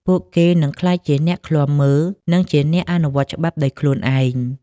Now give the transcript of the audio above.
ពួកគេនឹងក្លាយជាអ្នកឃ្លាំមើល និងជាអ្នកអនុវត្តច្បាប់ដោយខ្លួនឯង។